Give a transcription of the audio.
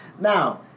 Now